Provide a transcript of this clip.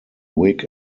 wig